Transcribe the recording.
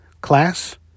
class